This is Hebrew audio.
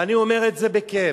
ואני אומר את זה בכאב.